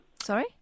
Sorry